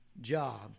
job